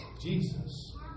Jesus